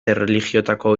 erlijiotako